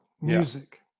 music